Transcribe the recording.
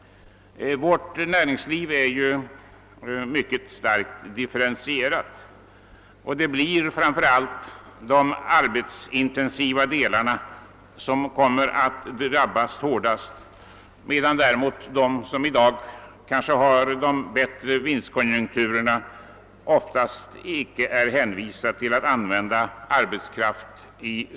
Vårt näringsliv är ju mycket starkt differentierat, och det är framför allt de arbetsintensiva delarna som drabbas hårdast medan däremot företag som i dag har goda vinstkonjunkturer ofta icke i samma utsträckning utnyttjar arbetskraft.